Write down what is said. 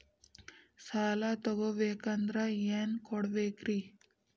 ಸಾಲ ತೊಗೋಬೇಕಂದ್ರ ಏನೇನ್ ಕೊಡಬೇಕ್ರಿ?